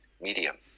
medium